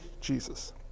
Jesus